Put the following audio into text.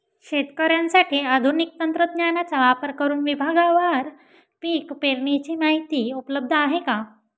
शेतकऱ्यांसाठी आधुनिक तंत्रज्ञानाचा वापर करुन विभागवार पीक पेरणीची माहिती उपलब्ध आहे का?